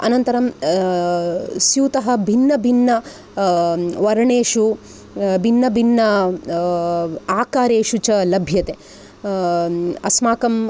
अनन्तरं स्यूतः भिन्नभिन्न वर्णेषु भिन्नभिन्न आकारेषु च लभ्यते अस्माकं